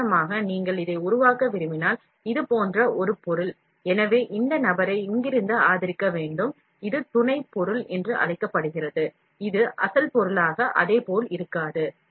உதாரணமாக நீங்கள் இதை உருவாக்க விரும்பினால் இது போன்ற ஒரு பொருள் எனவே இந்த நபரை இங்கிருந்து ஆதரிக்க வேண்டும் இது துணைப் பொருள் என்று அழைக்கப்படுகிறது இது அசல் பொருளாக அதே போல் இருக்காது